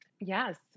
yes